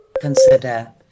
consider